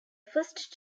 first